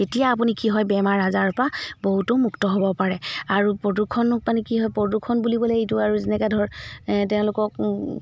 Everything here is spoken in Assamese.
তেতিয়া আপুনি কি হয় বেমাৰ আজাৰ পৰা বহুতো মুক্ত হ'ব পাৰে আৰু প্ৰদূষণ মানে কি হয় প্ৰদূষণ বুলিবলৈ এইটো আৰু যেনেকৈ ধৰক তেওঁলোকক